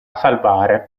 salvare